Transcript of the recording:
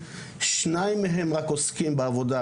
שניים מהם רק עוסקים בעבודה,